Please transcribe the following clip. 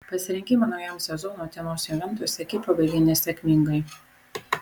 pasirengimą naujam sezonui utenos juventus ekipa baigė nesėkmingai